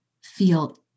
feel